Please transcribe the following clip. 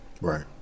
Right